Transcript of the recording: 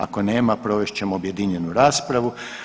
Ako nema provest ćemo objedinjenu raspravu.